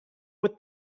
with